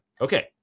Okay